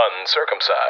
Uncircumcised